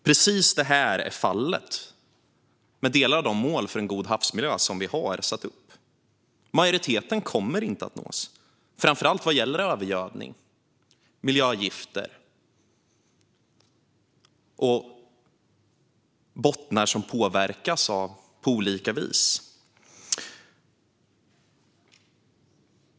Precis detta är fallet med delar av de mål för en god havsmiljö som vi har satt upp. Majoriteten kommer inte att nås, framför allt inte vad gäller övergödning, miljögifter och bottnar som påverkas på olika vis.